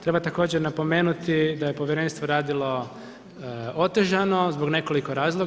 Treba također napomenuti da je Povjerenstvo radilo otežano zbog nekoliko razloga.